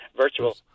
virtual